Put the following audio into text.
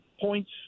points